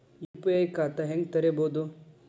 UPI ಖಾತಾ ಹೆಂಗ್ ತೆರೇಬೋದು?